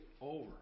over